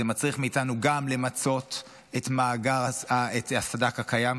זה מצריך מאתנו גם למצות את מאגר הסד"כ הקיים,